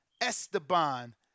Esteban